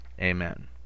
amen